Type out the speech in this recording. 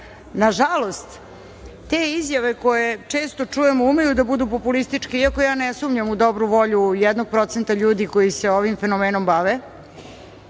nažalost, te izjave koje često čujemo umeju da budu populističke, iako ja ne sumnjam u dobru volju jednog procenta ljudi koji se ovim fenomenom bave,